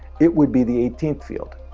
it would be the eighteenth field.